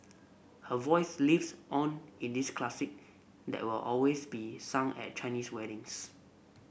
her voice lives on in this classic that will always be sung at Chinese weddings